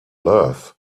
love